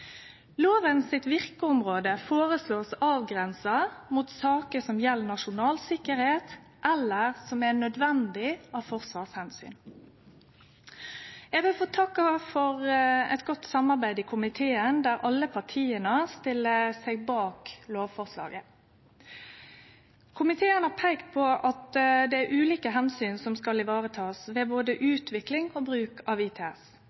Loven sitt virkeområde er føreslått avgrensa mot saker som gjeld nasjonal sikkerheit, eller som nødvendig av forsvarsomsyn. Eg vil få takke for eit godt samarbeid i komiteen, der alle partia stiller seg bak lovforslaget. Komiteen har peikt på at det er ulike omsyn som skal varetakast ved både utvikling og bruk av ITS,